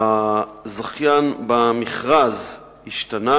הזכיין במכרז השתנה.